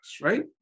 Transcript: right